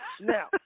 Now